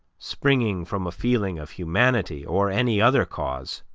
springing from a feeling of humanity, or any other cause,